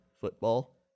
football